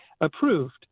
approved